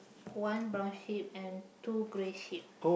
one brown sheep and two grey sheep